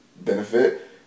benefit